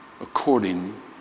according